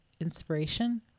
inspiration